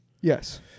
Yes